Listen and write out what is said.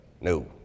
No